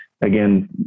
again